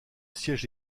siège